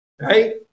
right